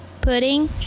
pudding